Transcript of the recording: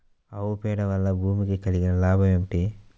ఆవు పేడ వలన భూమికి కలిగిన లాభం ఏమిటి?